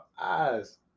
eyes